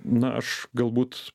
na aš galbūt